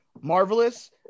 Marvelous